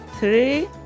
three